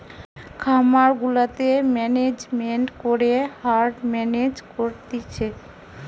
খামার গুলাতে ম্যানেজমেন্ট করে হার্ড মেনেজ করতিছে